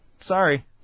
Sorry